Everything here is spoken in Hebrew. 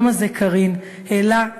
היום הזה, קארין, העלה,